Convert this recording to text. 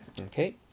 Okay